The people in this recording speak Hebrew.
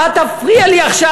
אל תפריע לי עכשיו,